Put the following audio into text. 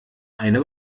eine